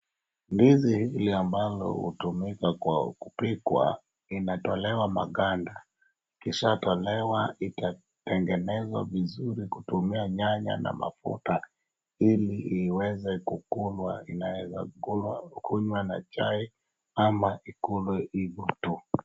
Ndizi ile ambalo hutumika kwa kupikwa inatolewa maganda. Ikishatolewa itatengenezwa vizuri kutumia nyanya na mafuta ili iweze kukulwa. Inaeza kulwa, kunywa na chai ama ikulwe ivo tu.